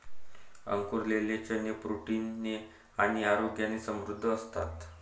अंकुरलेले चणे प्रोटीन ने आणि आरोग्याने समृद्ध असतात